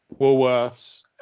Woolworths